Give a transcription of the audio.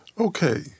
Okay